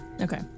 Okay